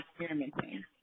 experimenting